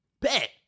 bet